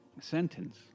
sentence